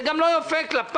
זה גם לא יפה כלפיי,